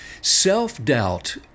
Self-doubt